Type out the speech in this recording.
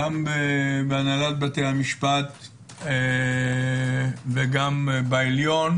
גם בהנהלת בתי המשפט וגם בעליון